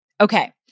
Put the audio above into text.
Okay